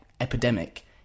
epidemic